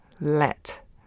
Let